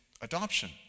adoption